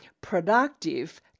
productive